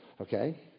Okay